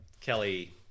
Kelly